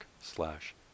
slash